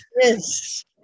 Yes